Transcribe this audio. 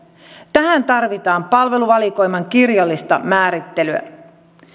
tähän tarvitaan palveluvalikoiman kirjallista määrittelyä